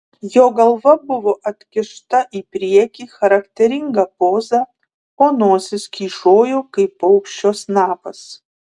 jo galva buvo atkišta į priekį charakteringa poza o nosis kyšojo kaip paukščio snapas